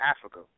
Africa